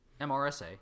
MRSA